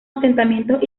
asentamientos